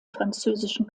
französischen